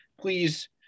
please